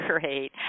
Great